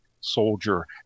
soldier